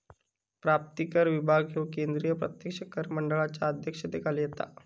प्राप्तिकर विभाग ह्यो केंद्रीय प्रत्यक्ष कर मंडळाच्या अध्यक्षतेखाली येता